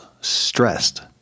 stressed